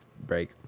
break